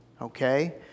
okay